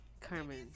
Carmen